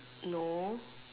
no